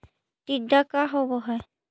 टीडा का होव हैं?